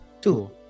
two